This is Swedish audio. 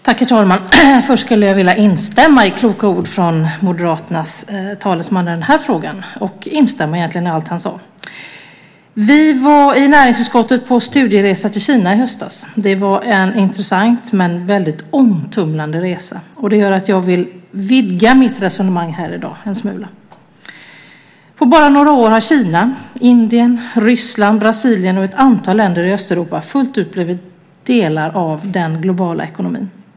Herr talman! Först skulle jag vilja instämma i de kloka orden från Moderaternas talesman i den här frågan. Jag instämmer egentligen i allt han sade. Vi i näringsutskottet var på studieresa till Kina i höstas. Det var en intressant men väldigt omtumlande resa. Det gör att jag vill vidga mitt resonemang här i dag en smula. På bara några år har Kina, Indien, Ryssland, Brasilien och ett antal länder i Östeuropa fullt ut blivit delar av den globala ekonomin.